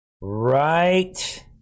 Right